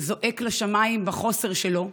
זועק לשמיים בחוסר שלו,